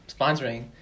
sponsoring